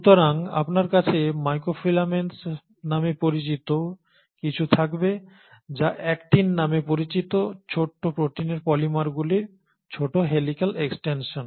সুতরাং আপনার কাছে মাইক্রোফিলামেন্টস নামে পরিচিত কিছু থাকবে যা অ্যাক্টিন নামে পরিচিত ছোট প্রোটিনের পলিমারগুলির ছোট হেলিক্যাল এক্সটেনশন